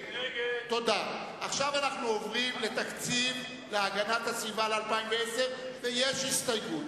סעיף 26, המשרד להגנת הסביבה, לשנת 2009, נתקבל.